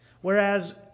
Whereas